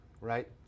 right